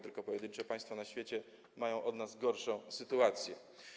Tylko pojedyncze państwa na świecie mają od nas gorszą sytuację.